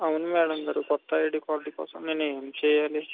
అవును మేడం గారు కొత్త ఐడి కార్డు కోసం నేను ఏం చెయ్యాలి